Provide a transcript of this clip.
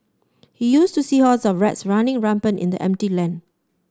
he used to see hordes of rats running rampant in the empty land